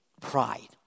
Pride